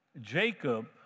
Jacob